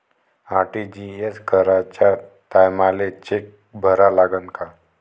RTGS कराच्या टायमाले cheque भरा लागन का?